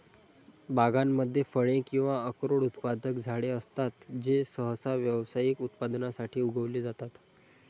बागांमध्ये फळे किंवा अक्रोड उत्पादक झाडे असतात जे सहसा व्यावसायिक उत्पादनासाठी उगवले जातात